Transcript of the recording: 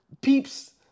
Peeps